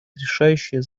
решающее